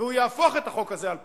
והוא יהפוך את החוק הזה על פניו.